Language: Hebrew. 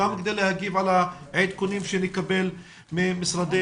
גם כדי להגיב על העדכונים שנקבל ממשרדי